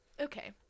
Okay